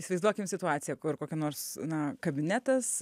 įsivaizduokim situaciją kur kokia nors na kabinetas